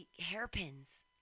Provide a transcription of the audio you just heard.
hairpins